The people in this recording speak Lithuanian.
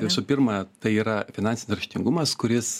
visų pirma tai yra finansinis raštingumas kuris